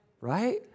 right